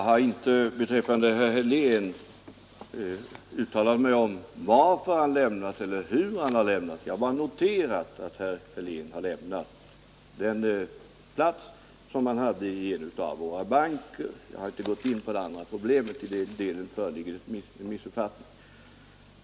Herr talman! Jag har inte uttalat mig om varför eller hur herr Helén lämnade Göteborgsbanken. Jag har bara noterat att herr Helén har lämnat den plats som han hade i styrelsen för en av bankerna. Jag har inte gått in på några andra problem; i den delen föreligger en missuppfattning.